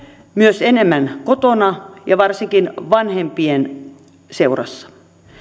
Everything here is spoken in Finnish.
myös enemmän kotona ja varsinkin vanhempien seurassa